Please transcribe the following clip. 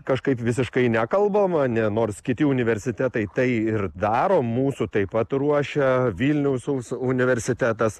kažkaip visiškai nekalbama ne nors kiti universitetai tai ir daro mūsų taip pat ruošia vilniaus universitetas